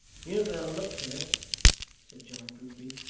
you've the looks of it said john grueby.